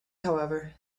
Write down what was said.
however